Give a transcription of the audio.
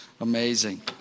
Amazing